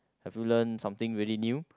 have you learn something very new